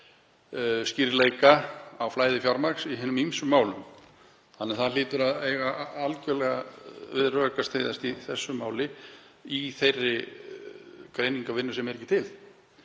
skýrleika í flæði fjármagns í hinum ýmsum málum. Það hlýtur að eiga algerlega við rök að styðjast í þessu máli, í þeirri greiningarvinnu sem er ekki til.